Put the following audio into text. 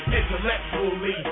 intellectually